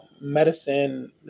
medicine